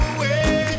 away